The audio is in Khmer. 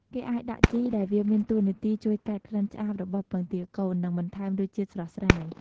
គេអាចដាក់ជីរដែលវាមានតួនាទីជួយកាត់ក្លិនឆ្អាបរបស់ពងទាកូន និងបន្ថែមរសជាតិស្រស់ស្រាយ។